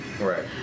Right